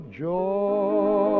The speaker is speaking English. joy